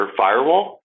firewall